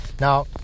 now